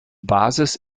basis